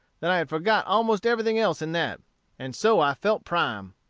that i had forgot almost everything else in that and so i felt prime.